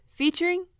featuring